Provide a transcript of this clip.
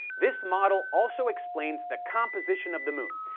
this model also explains the composition of the moon,